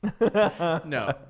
No